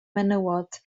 menywod